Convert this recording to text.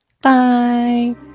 Bye